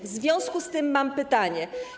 W związku z tym mam pytania.